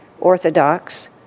orthodox